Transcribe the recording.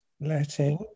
Letting